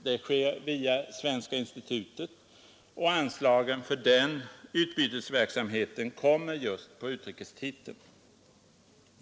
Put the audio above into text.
Det sker via Svenska institutet, och anslaget för den utbytesverksamheten kommer just på utrikestiteln.